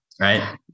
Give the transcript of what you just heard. right